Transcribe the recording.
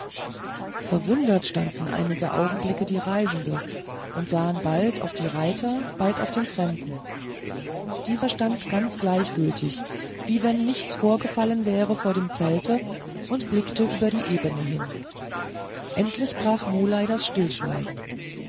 verwundert standen einige augenblicke die reisenden und sahen bald auf die reiter bald auf den fremden dieser stand ganz gleichgültig wie wenn nichts vorgefallen wäre vor dem zelte und blickte über die ebene hin endlich brach muley das stillschweigen